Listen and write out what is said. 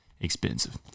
expensive